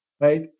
right